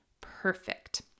perfect